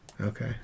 Okay